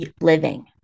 living